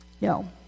no